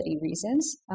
reasons